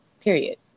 Period